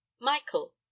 Michael